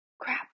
crap